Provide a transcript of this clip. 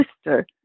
sister